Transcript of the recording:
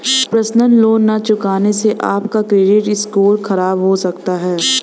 personal loan न चुकाने से आप का क्रेडिट स्कोर खराब हो सकता है